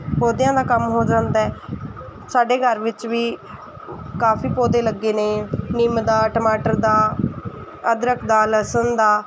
ਪੌਦਿਆਂ ਦਾ ਕੰਮ ਹੋ ਜਾਂਦਾ ਹੈ ਸਾਡੇ ਘਰ ਵਿੱਚ ਵੀ ਕਾਫ਼ੀ ਪੌਦੇ ਲੱਗੇ ਨੇ ਨਿੰਮ ਦਾ ਟਮਾਟਰ ਦਾ ਅਦਰਕ ਦ ਲਸਣ ਦਾ